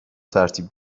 ترتیب